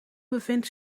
bevindt